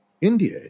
india